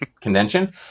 convention